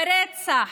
הרצח,